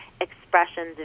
expressions